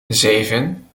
zeven